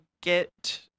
get